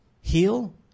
heal